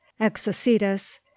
exocetus